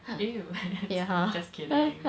eh you just kidding